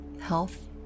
health